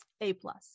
A-plus